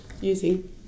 using